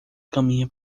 caminha